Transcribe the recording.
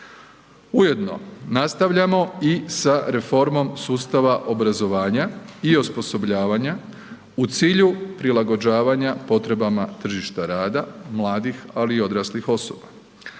Ujedno, nastavljamo i sa reformom sustava obrazovanja i osposobljavanja u cilju prilagođavanja potrebama tržišta rada mladih, ali i odraslih osoba,